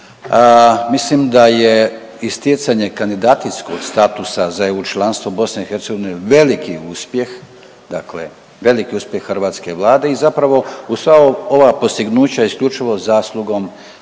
Mislim da je i stjecanje kandidacijskog statusa za EU članstvo BiH veliki uspjeh, dakle veliki uspjeh hrvatske Vlade i zapravo uz sva ova postignuća isključivo zaslugom ove